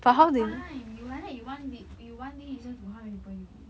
where got time you like that you one be we~ one day listen to how many people you with them they can